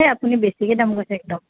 এই আপুনি বেছিকৈ দাম কৈছে একদম